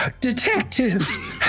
Detective